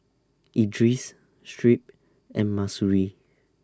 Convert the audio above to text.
Idris Shuib and Mahsuri